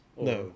No